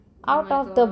oh my god